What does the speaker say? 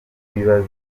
n’ibibazo